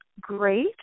great